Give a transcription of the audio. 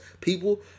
people